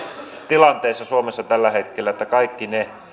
tilanteessa suomessa tällä hetkellä että kaikki ne